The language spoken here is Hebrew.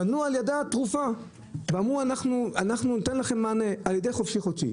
בנו על ידה תרופה ואמרו: ניתן לכם מענה על ידי חופשי-חודשי.